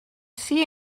see